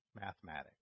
mathematics